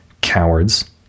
Cowards